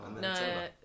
No